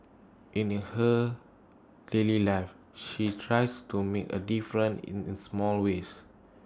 her daily life she tries to make A difference in small ways